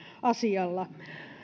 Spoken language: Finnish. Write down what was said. asialla